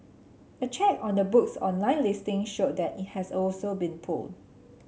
a check on the book's online listing showed that it has also been pulled